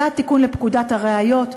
זה התיקון לפקודת הראיות,